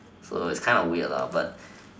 so it's kind of weird lah but